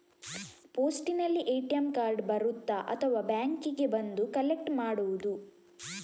ಪೋಸ್ಟಿನಲ್ಲಿ ATM card ಬರುತ್ತಾ ಅಥವಾ ಬ್ಯಾಂಕಿಗೆ ಬಂದು ಕಲೆಕ್ಟ್ ಮಾಡುವುದು?